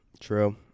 True